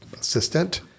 assistant